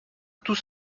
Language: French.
tout